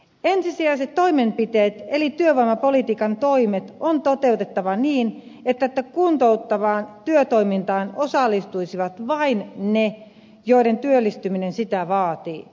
ensisijaiset toimenpiteet eli työvoimapolitiikan toimet on toteutettava niin että kuntouttavaan työtoimintaan osallistuisivat vain ne joiden työllistyminen sitä vaatii